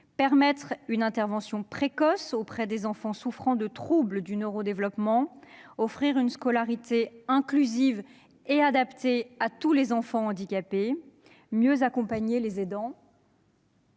permettre une intervention précoce auprès des enfants souffrant de troubles du neuro-développement, à offrir une scolarité inclusive et adaptée à tous les enfants handicapés et, enfin, à mieux accompagner les aidants.